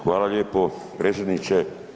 Hvala lijepo predsjedniče.